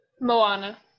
Moana